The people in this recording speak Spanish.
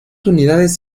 unidades